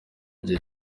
gihe